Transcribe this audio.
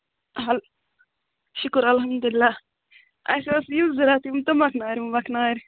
hello شُکُر الحمدللہ اَسہِ ٲسۍ یہِ ضروٗرت یِم تُمبکھ نارِ وُمبَکھ نارِ